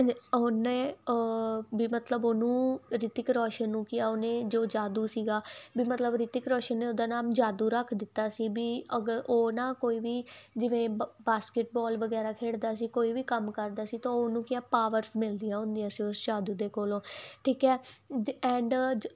ਉਨੇ ਵੀ ਮਤਲਬ ਉਹਨੂੰ ਰਿਤਿਕ ਰੌਸ਼ਨ ਨੂੰ ਕਿ ਉਹਨੇ ਜੋ ਜਾਦੂ ਸੀਗਾ ਵੀ ਮਤਲਬ ਰਿਤਿਕ ਰੋਸ਼ਨ ਨੇ ਉਹਦਾ ਨਾਮ ਜਾਦੂ ਰੱਖ ਦਿੱਤਾ ਸੀ ਵੀ ਉਹਨਾਂ ਕੋਈ ਵੀ ਜਿਵੇਂ ਪਾਸਕੇਟ ਬਾਲ ਵਗੈਰਾ ਖੇਡਦਾ ਸੀ ਕੋਈ ਵੀ ਕੰਮ ਕਰਦਾ ਸੀ ਤਾਂ ਉਹਨੂੰ ਕਿਹਾ ਪਾਵਰਸ ਮਿਲਦੀਆਂ ਹੁੰਦੀਆਂ ਸੀ ਉਸ ਸਾਧੂ ਦੇ ਕੋਲੋਂ ਠੀਕ ਹ ਐਂਡ